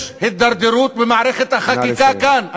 יש הידרדרות במערכת החקיקה כאן.